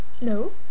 No